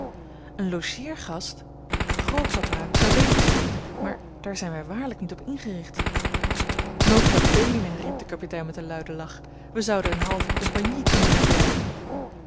een logeergast grootpapa gij weet dat zoo niet maar daar zijn wij waarlijk niet op ingericht nota bene riep de kapitein met een luiden lach wij zouden eene halve compagnie kunnen herbergen